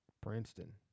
Princeton